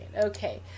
Okay